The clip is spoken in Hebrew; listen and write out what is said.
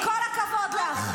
אל תתרגזי --- עם כל הכבוד לך,